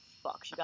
fuck